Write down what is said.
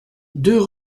deux